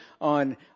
on